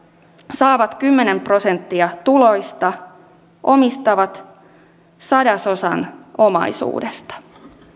saavat kymmenen prosenttia tuloista omistavat sadas osan omaisuudesta